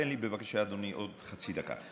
תן לי, בבקשה, אדוני, עוד חצי דקה.